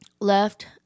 Left